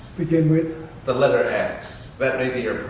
begin with the letter x? but